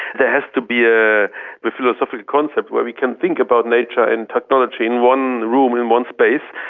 there has to be a but philosophical concept where we can think about nature and technology in one room, in one space,